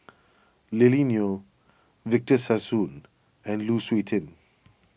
Lily Neo Victor Sassoon and Lu Suitin